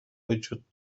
وجود